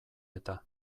eta